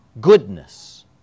Goodness